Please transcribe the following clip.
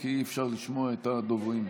כי אי-אפשר לשמוע את הדוברים.